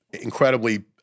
incredibly –